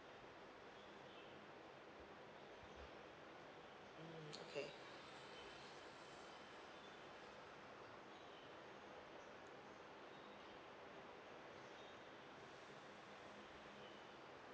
mm okay